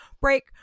break